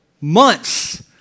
months